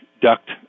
duct